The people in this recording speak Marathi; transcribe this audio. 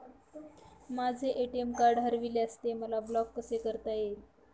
माझे ए.टी.एम कार्ड हरविल्यास ते मला ब्लॉक कसे करता येईल?